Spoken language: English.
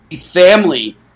family